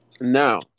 Now